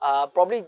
uh probably